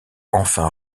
enfin